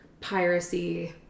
piracy